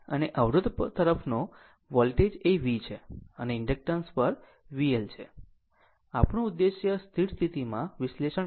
અને અવરોધ તરફનો વોલ્ટેજ એ v છે અને ઇન્ડક્ટન્સ પર VL છે આપણું ઉદ્દેશ સ્થિર સ્થિતિમાં વિશ્લેષણ કરવાનો છે